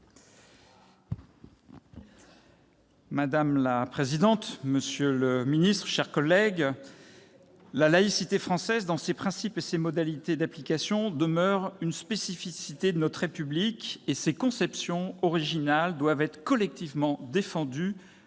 Madame la présidente, monsieur le secrétaire d'État, mes chers collègues, la laïcité française, dans ses principes et ses modalités d'application, demeure une spécificité de notre République et ses conceptions originales doivent être collectivement défendues,